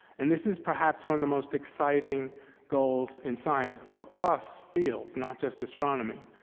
and this is perhaps one of the most exciting goals in science across fields, not just astronomy,